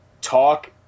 talk